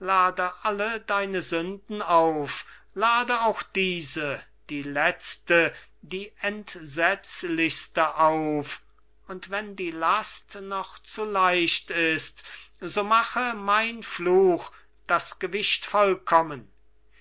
lade alle deine sünden auf lade auch diese die letzte die entsetzlichste auf und wenn die last noch zu leicht ist so mache mein fluch das gewicht vollkommen